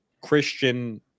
Christian